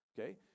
Okay